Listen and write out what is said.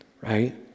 right